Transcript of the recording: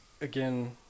again